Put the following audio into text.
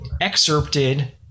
excerpted